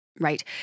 Right